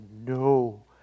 no